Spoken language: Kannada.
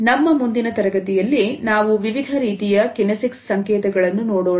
ನಮ್ಮ ಮುಂದಿನ ತರಗತಿಯಲ್ಲಿ ನಾವು ವಿವಿಧ ರೀತಿಯ ಕಿನೆಸಿಕ್ಸ್ ಸಂಕೇತಗಳನ್ನು ನೋಡೋಣ